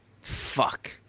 Fuck